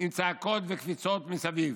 עם צעקות וקפיצות מסביב".